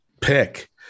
pick